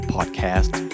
Podcast